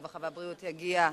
הרווחה והבריאות יגיע למקומו,